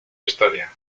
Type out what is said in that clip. historia